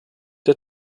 der